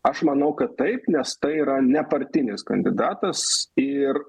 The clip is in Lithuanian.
aš manau kad taip nes tai yra nepartinis kandidatas ir